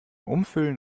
umfüllen